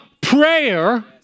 prayer